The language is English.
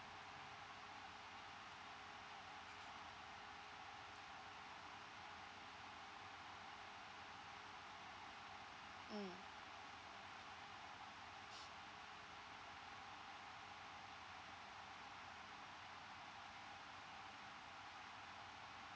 mm